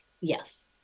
yes